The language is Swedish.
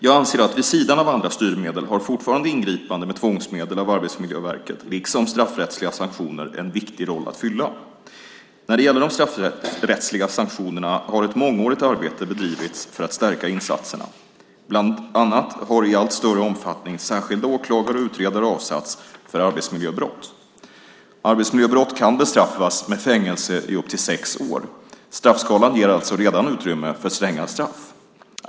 Jag anser att vid sidan av andra styrmedel har fortfarande ingripande med tvångsmedel av Arbetsmiljöverket liksom straffrättsliga sanktioner en viktig roll att fylla. När det gäller de straffrättsliga sanktionerna har ett mångårigt arbete bedrivits för att stärka insatserna. Bland annat har i allt större omfattning särskilda åklagare och utredare avsatts för arbetsmiljöbrott. Arbetsmiljöbrott kan bestraffas med fängelse i upp till sex år. Straffskalan ger alltså redan utrymme för stränga straff.